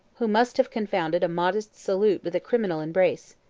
who must have confounded a modest salute with a criminal embrace.